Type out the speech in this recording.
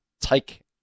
take